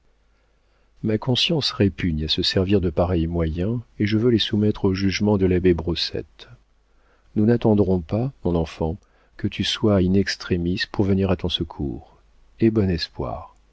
ma conscience répugne à se servir de pareils moyens et je veux les soumettre au jugement de l'abbé brossette nous n'attendrons pas mon enfant que tu sois in extremis pour venir à ton secours aie bon espoir